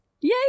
yay